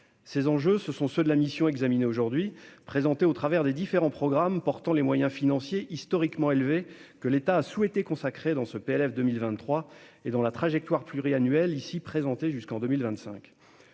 Ces enjeux, ce sont ceux de la mission que nous examinons aujourd'hui, présentés au travers des différents programmes portant les moyens financiers historiquement élevés que l'État a souhaité consacrer dans le PLF pour 2023 et dans la trajectoire pluriannuelle, ici présentée jusqu'en 2025.